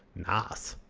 nice!